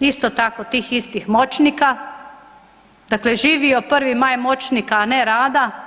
isto tako tih istih moćnika, dakle živio Prvi maj moćnika a ne rada.